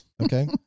Okay